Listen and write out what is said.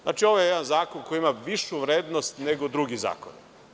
Znači, ovo je jedan zakon koji ima višu vrednost nego drugi zakoni.